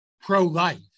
pro-life